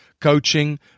coaching